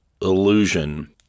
illusion